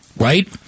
Right